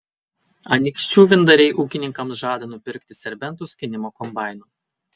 anykščių vyndariai ūkininkams žada nupirkti serbentų skynimo kombainų